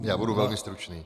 Já budu velmi stručný.